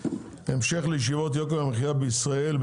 בהמשך לישיבות יוקר המחיה בישראל,